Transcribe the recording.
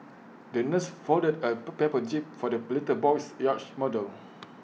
the nurse folded A per paper jib for the little boy's yacht model